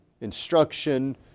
instruction